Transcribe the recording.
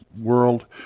world